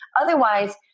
otherwise